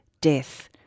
death